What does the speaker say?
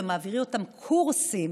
ומעבירים אותם קורסים